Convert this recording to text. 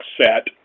set